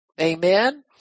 Amen